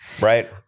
right